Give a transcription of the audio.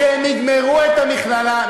כשהם יגמרו את המכללה,